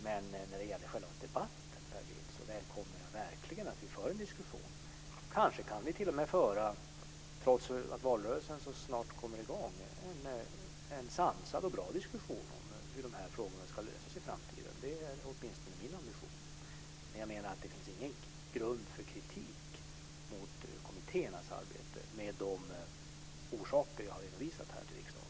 Men när det gäller själva debatten, Per Bill, välkomnar jag verkligen att vi för en diskussion. Kanske kan vi t.o.m., trots att valrörelsen snart kommer i gång, föra en sansad och bra diskussion om hur de här frågorna ska lösas i framtiden. Det är åtminstone min ambition. Jag menar att det inte finns någon grund för kritik mot kommittéernas arbete med tanke på de orsaker som jag här har redovisat i riksdagen.